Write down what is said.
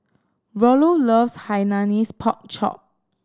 Rollo loves Hainanese Pork Chop